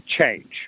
change